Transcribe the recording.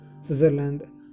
Switzerland